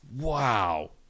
Wow